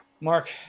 Mark